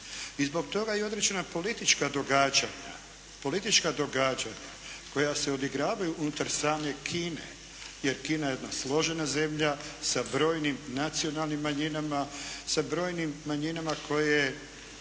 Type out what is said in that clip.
politička događanja, politička događanja koja se odigravaju unutar same Kine jer Kina je jedna složena zemlja sa brojnim nacionalnim manjinama, sa brojnim manjinama koje imaju